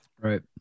right